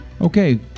Okay